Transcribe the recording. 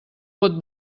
pot